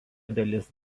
dalis